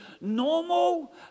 Normal